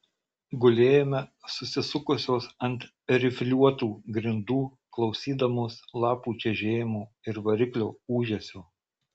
gulėjome susisukusios ant rifliuotų grindų klausydamos lapų čežėjimo ir variklio ūžesio